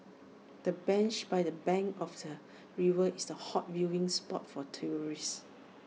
the bench by the bank of the river is A hot viewing spot for tourists